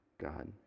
God